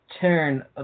turn